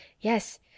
yes